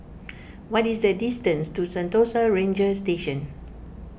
what is the distance to Sentosa Ranger Station